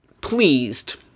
pleased